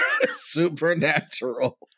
Supernatural